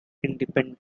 independent